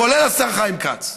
כולל השר חיים כץ,